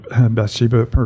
Bathsheba